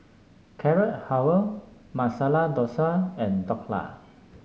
Carrot Halwa Masala Dosa and Dhokla